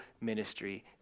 ministry